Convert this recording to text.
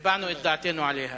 הבענו את דעתנו על זה.